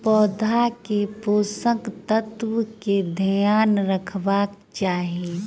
पौधा के पोषक तत्व के ध्यान रखवाक चाही